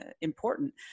important